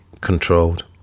controlled